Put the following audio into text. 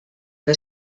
que